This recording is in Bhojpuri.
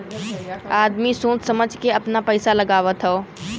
आदमी सोच समझ के आपन पइसा लगावत हौ